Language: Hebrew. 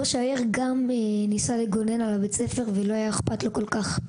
גם ראש העיר ניסה לגונן על בית הספר ולא היה כל כך אכפת לו.